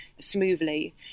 smoothly